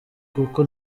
kuko